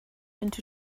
into